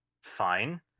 fine